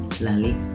Lali